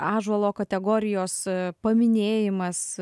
ąžuolo kategorijos paminėjimas